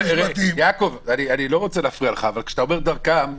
אני לא רוצה להפריע לך אבל כשאתה אומר דרכם,